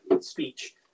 speech